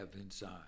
inside